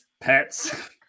pets